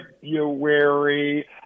February